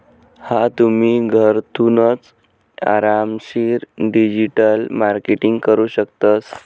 हा तुम्ही, घरथूनच आरामशीर डिजिटल मार्केटिंग करू शकतस